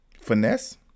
Finesse